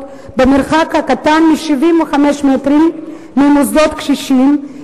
במרחק קטן מ-75 מטרים ממוסדות לקשישים,